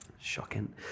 Shocking